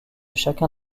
chacun